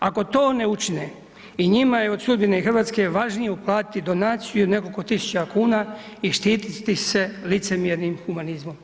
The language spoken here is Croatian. Ako to ne učine, i njima je od sudbine Hrvatske važnije uplatiti donaciju nekoliko tisuća kuna i štititi se licemjernim humanizmom.